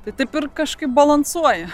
tai taip ir kažkaip balansuoja